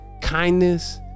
kindness